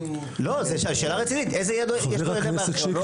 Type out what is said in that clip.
זו שאלה רצינית, יש לו ידע בארכיאולוגיה?